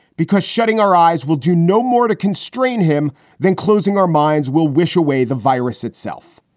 because shutting our eyes will do no more to constrain him than closing our minds will wish away the virus itself